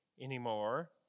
anymore